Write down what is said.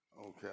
Okay